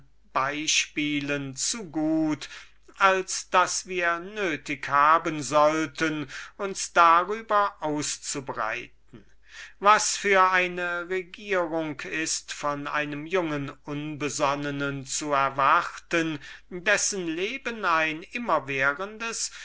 beispielen zu gut als daß wir nötig hätten uns darüber auszubreiten was für eine regierung ist von einem jungen unbesonnenen zu erwarten dessen leben ein